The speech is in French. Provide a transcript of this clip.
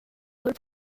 paul